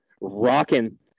rocking